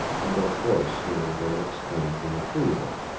and a voice here and there exclaimed in approval.